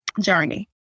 journey